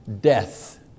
Death